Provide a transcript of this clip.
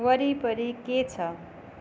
वरिपरि के छ